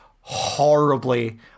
horribly